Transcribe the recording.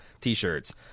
T-shirts